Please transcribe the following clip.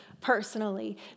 personally